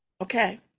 Okay